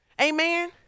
Amen